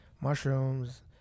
mushrooms